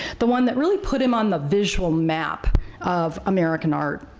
the one that really put him on the visual map of american art.